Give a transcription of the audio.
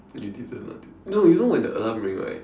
you didn't ah no you know when the alarm ring right